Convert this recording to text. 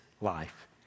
life